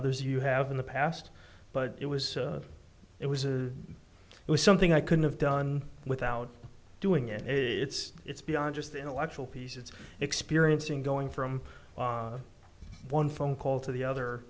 others you have in the past but it was it was it was something i couldn't have done without doing it it's it's beyond just intellectual piece it's experiencing going from one phone call to the